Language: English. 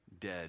dead